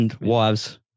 wives